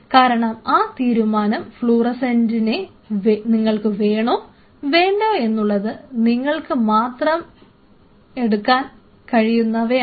കാരണം ആ തീരുമാനം ഫ്ലൂറസെന്റിനെ നിങ്ങൾക്ക് വേണോ വേണ്ടയോ എന്നുള്ളത് നിങ്ങൾക്ക് മാത്രമേ എടുക്കാൻ കഴിയു